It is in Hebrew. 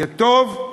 יהיה טוב,